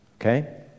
Okay